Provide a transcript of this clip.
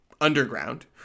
underground